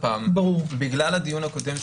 בגלל הדיון הקודם,